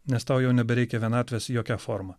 nes tau jau nebereikia vienatvės jokia forma